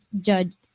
judged